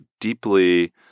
deeply